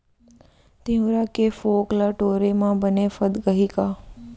तिंवरा के फोंक ल टोरे म बने फदकही का?